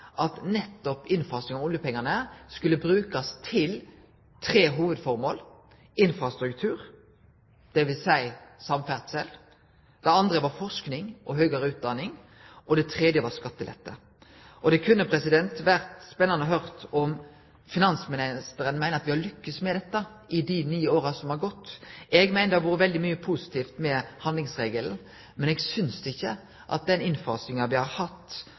at dei oljepengane som var innfasa, skulle brukast til tre hovudformål. Det første var infrastruktur – dvs. samferdsel. Det andre var forsking og høgare utdanning. Det tredje var skattelette. Det kunne vore spennande å høre om finansministeren meiner at vi har lykkast med dette i dei ni åra som har gått. Eg meiner det har vore veldig mykje positivt med handlingsregelen, men eg synest ikkje at innfasinga vi har hatt